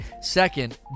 second